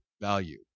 value